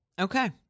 Okay